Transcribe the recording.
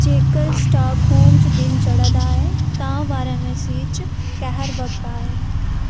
जेकर स्टाकहोम च दिन चढ़ै दा ऐ तां वाराणसी च कैहर वक्ता ऐ